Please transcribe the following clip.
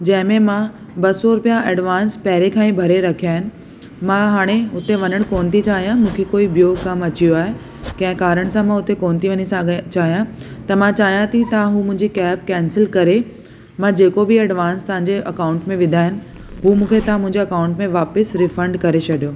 जंहिंमें मां ॿ सौ रुपिया एडवांस पहिरियों खां ई भरे रखिया आहिनि मां हाणे उते वञण कोनि थी चाहियां मूंखे कोई ॿियो कमु अची वियो आहे कंहिं कारण सां मां उते कोनि ती वञे साॻे चाहियां त मां चाहियां थी तव्हां उहा मुंहिंजी कैब कैंसिल करे मां जेको बि एडवांस तव्हांजे अकाउंट में विधा आहिनि उहा मूंखे तव्हां मुंहिंजे अकाउंट में वापसि रीफंड करे छॾियो